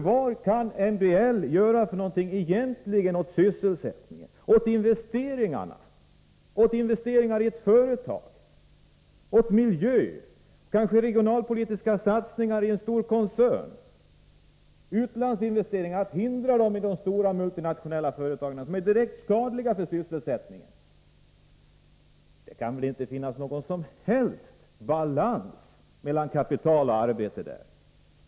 Hur kan MBL egentligen vara till hjälp i frågor som sysselsättning, investeringar i ett företag, miljö och kanske regionalpolitiska satsningar i en stor koncern eller då man vill hindra sådana utlandsinvesteringar i de stora multinationella företagen som är direkt skadliga för sysselsättningen? Det kan inte finnas någon som helst balans mellan kapital och arbete därvidlag.